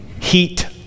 heat